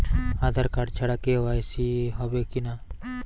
আধার card ছাড়া KYC হবে কিনা?